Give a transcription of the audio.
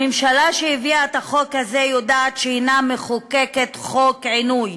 הממשלה שהביאה את החוק הזה יודעת שהיא מחוקקת חוק עינוי,